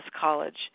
College